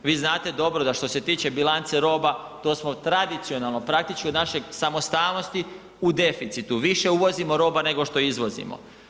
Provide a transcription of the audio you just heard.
Vi znate dobro da što se tiče bilance roba to smo tradicionalno, praktički od naše samostalnosti u deficitu, više uvozimo roba nego što izvozimo.